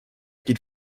qu’il